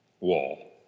Wall